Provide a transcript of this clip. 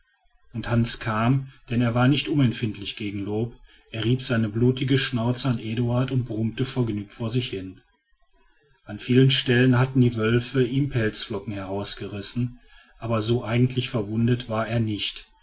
und hans kam denn er war nicht unempfindlich gegen lob er rieb seine blutige schnauze an eduard und brummte vergnügt vor sich hin an vielen stellen hatten die wölfe ihm pelzflocken herausgerissen aber so eigentlich verwundet war er nicht